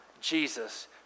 Jesus